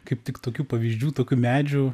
kaip tik tokių pavyzdžių tokių medžių